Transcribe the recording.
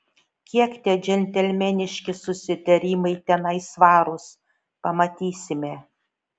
kiek tie džentelmeniški susitarimai tenai svarūs pamatysime